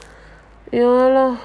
ya lah